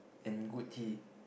and good tea